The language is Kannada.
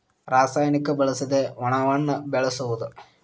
ರಸಾಯನಿಕ ಬಳಸದೆ ವನವನ್ನ ಬೆಳಸುದು